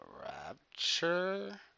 rapture